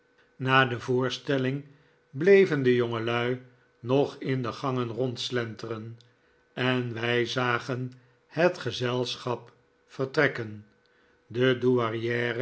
na de voorstelling bleven de jongelui nog in de gangen rondslenteren en wij zagen het gezelschap vertrekken de